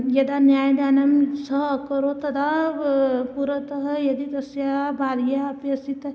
यदा न्यायदानं सः अकरोत् तदा बा पुरतः यदि तस्य भार्या अपि अस्ति त